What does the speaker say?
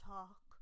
Talk